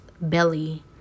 belly